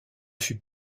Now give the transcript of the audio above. fût